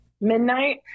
midnight